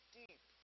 deep